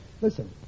Listen